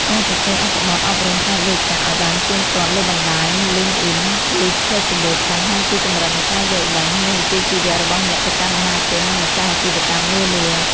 ការសរសេរអត្ថបទអប់រំផ្នែកលុយកាក់ឱ្យបានទៀងទាត់លើបណ្ដាញ LinkedIn ឬ Facebook បង្ហាញពីកម្រិតនៃការយល់ដឹង និងវិជ្ជាជីវៈរបស់អ្នកទៅកាន់មហាជន និងម្ចាស់អាជីវកម្មនានា។